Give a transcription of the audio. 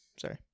Sorry